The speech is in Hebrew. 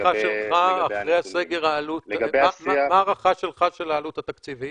אחרי הסגר מה ההערכה שלך של העלות התקציבית?